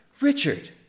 Richard